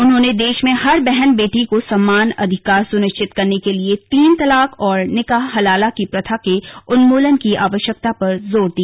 उन्होंने देश में हर बहन बेटी को समान अधिकार सुनिश्चित करने के लिए तीन तलाक और निकाह हलाला की प्रथा के उन्मूलन की आवश्यकता पर जोर दिया